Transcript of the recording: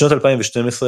בשנת 2012,